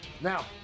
now